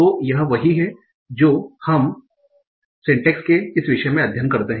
तो यह वही है जो हम सिंटैक्स के इस विषय में अध्ययन करते हैं